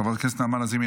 חברת הכנסת נעמה לזימי,